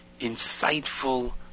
insightful